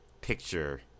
picture